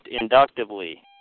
inductively